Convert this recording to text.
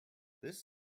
this